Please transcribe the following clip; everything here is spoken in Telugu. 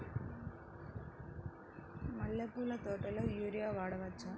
మల్లె పూల తోటలో యూరియా వాడవచ్చా?